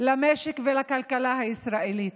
למשק ולכלכלה הישראלית.